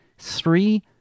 Three